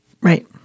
Right